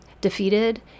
defeated